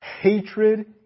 Hatred